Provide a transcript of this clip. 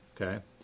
okay